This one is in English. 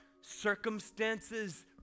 circumstances